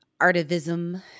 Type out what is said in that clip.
artivism